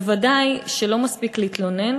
ודאי שלא מספיק להתלונן.